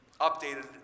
updated